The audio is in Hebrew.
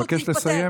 אני מבקש לסיים.